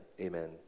amen